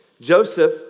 Joseph